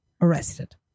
arrested